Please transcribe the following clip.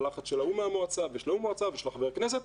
הלחץ של ההוא במועצה ושל ההוא במועצה ושל חבר הכנסת,